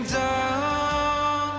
down